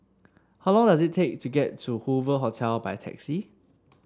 how long does it take to get to Hoover Hotel by taxi